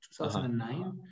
2009